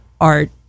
art